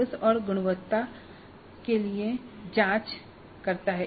कागज और गुणवत्ता के लिए जाँच करता है